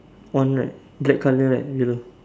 one right black colour right below